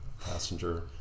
passenger